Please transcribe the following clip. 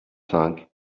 cinq